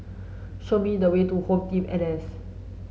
show me the way to HomeTeam N and S